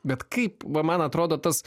bet kaip va man atrodo tas